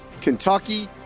Kentucky